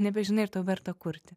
nebežinai ar tau verta kurti